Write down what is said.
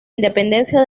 independencia